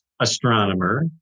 astronomer